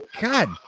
god